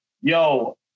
yo